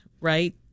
right